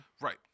Right